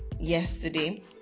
yesterday